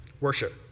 worship